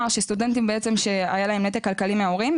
שסטודנטים שהיה להם נתק כלכלי מההורים,